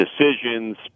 decisions